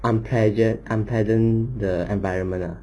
unpleasant unpleasant the environment ah